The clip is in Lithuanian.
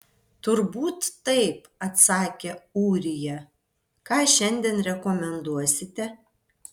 turbūt taip atsakė ūrija ką šiandien rekomenduosite